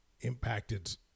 impacted